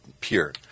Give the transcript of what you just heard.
pure